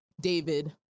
David